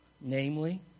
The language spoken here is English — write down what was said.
namely